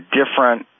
different